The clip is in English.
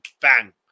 bang